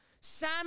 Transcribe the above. Sam